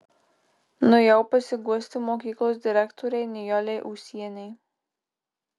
nuėjau pasiguosti mokyklos direktorei nijolei ūsienei